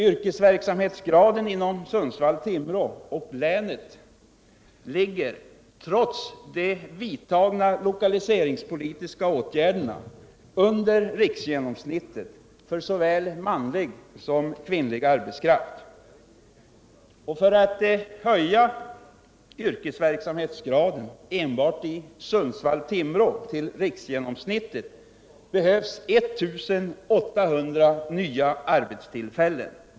Yrkesverksamhetsgraden inom Sundsvall-Timrå och länet ligger, trots de vidtagna lokaliseringspolitiska åtgärderna, under riksgenomsnittet för såväl manlig som kvinnlig arbetskraft. För att höja yrkesverksamhetsgraden enbart i Sundsvall-Timrå till riksgenomsnittet behövs 1 800 nya arbetstillfällen.